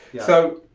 so,